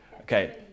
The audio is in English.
Okay